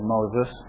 Moses